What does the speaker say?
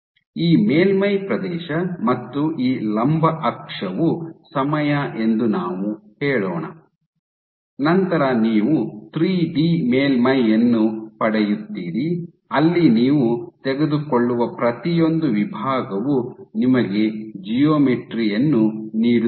ಈ ಮೇಲ್ಮೈ ಪ್ರದೇಶ ಮತ್ತು ಈ ಲಂಬ ಅಕ್ಷವು ಸಮಯ ಎಂದು ನಾವು ಹೇಳೋಣ ನಂತರ ನೀವು ಥ್ರೀ ಡಿ ಮೇಲ್ಮೈಯನ್ನು ಪಡೆಯುತ್ತೀರಿ ಅಲ್ಲಿ ನೀವು ತೆಗೆದುಕೊಳ್ಳುವ ಪ್ರತಿಯೊಂದು ವಿಭಾಗವು ನಿಮಗೆ ಜಿಯೋಮೆಟ್ರಿ ಯನ್ನು ನೀಡುತ್ತದೆ